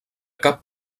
cap